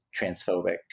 transphobic